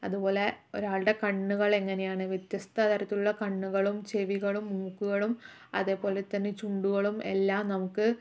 അതുപോലെ ഒരാളുടെ കണ്ണുകൾ എങ്ങനെയാണ് വ്യത്യസ്ത തരത്തിലുള്ള കണ്ണുകളും ചെവികളും മൂക്കുകളും അതേപോലെ തന്നെ ചുണ്ടുകളും എല്ലാം നമുക്ക്